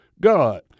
God